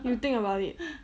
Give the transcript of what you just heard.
you think about it